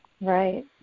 Right